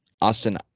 Austin